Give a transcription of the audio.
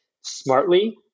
smartly